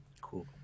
Cool